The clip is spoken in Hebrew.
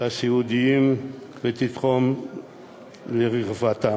הסיעודיים ותתרום לרווחתם.